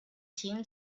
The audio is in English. tim